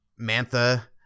Mantha